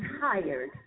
tired